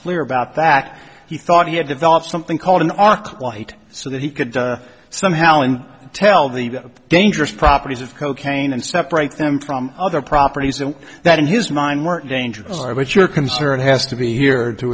clear about that he thought he had developed something called an arc light so that he could somehow and tell the dangerous properties of cocaine and separate them from other properties and that in his mind were dangerous are but your concern has to be here to